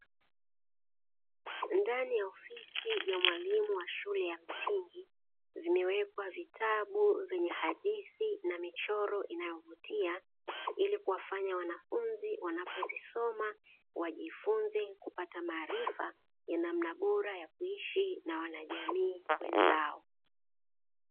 Ndani ya ofisi ya mwalimu wa shule ya msingi vimewekwa vitabu vyenye hadithi na michoro inayovutia, ili kuwafanya wanafunzi wanapozisoma wajifunze kupata maarifa ya namna bora ya kuishi na wanajamii wenzao.